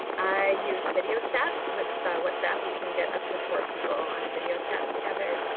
i used video chats. with whatsapp you can get up to four people on a video chat together.